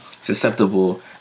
susceptible